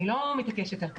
אני לא מתעקשת על כך.